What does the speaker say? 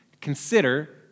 consider